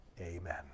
Amen